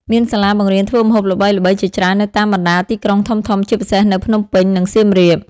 មានសាលាបង្រៀនធ្វើម្ហូបល្បីៗជាច្រើននៅតាមបណ្ដាទីក្រុងធំៗ ជាពិសេសនៅភ្នំពេញ និងសៀមរាប ។